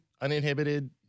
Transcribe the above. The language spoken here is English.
uninhibited